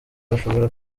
bashobora